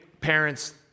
parents